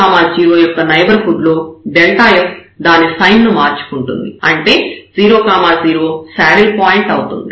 కాబట్టి 0 0 యొక్క నైబర్హుడ్ లో f దాని సైన్ ను మార్చుకుంటుంది అంటే 0 0 శాడిల్ పాయింట్ అవుతుంది